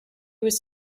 was